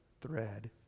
thread